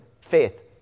faith